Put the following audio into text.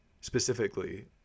specifically